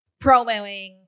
promoing